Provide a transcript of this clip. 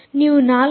ನೀವು 4